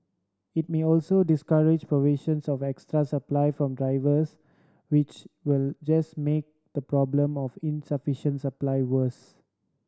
it may also discourage provisions of extra supply from drivers which will just make the problem of insufficient supply worse